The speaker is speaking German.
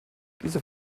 dieser